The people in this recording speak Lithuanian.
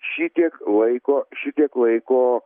šitiek laiko šitiek laiko